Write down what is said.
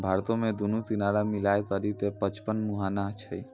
भारतो मे दुनू किनारा मिलाय करि के पचपन मुहाना छै